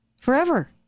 forever